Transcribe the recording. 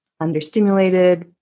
understimulated